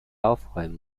aufräumen